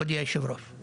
הרי יש ישובים